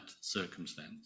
circumstance